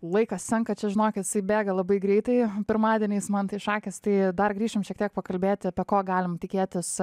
laikas senka čia žinokit jisai bėga labai greitai pirmadieniais man tai šakės tai dar grįšim šiek tiek pakalbėti apie ko galim tikėtis